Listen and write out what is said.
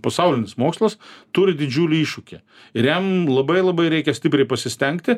pasaulinis mokslas turi didžiulį iššūkį ir jam labai labai reikia stipriai pasistengti